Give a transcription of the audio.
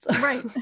Right